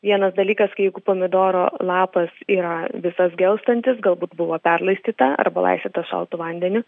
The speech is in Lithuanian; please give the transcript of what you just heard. vienas dalykas kai jeigu pomidoro lapas yra visas gelstantis galbūt buvo per laistyta arba laisvyta šaltu vandeniu